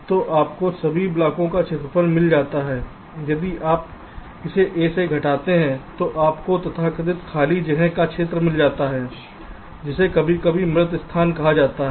तो आपको सभी ब्लॉकों का क्षेत्रफल मिल जाता हैं यदि आप इसे Aसे घटाते हैं तो आपको तथाकथित खाली जगह का क्षेत्र मिलता है जिसे कभी कभी मृत स्थान कहा जाता है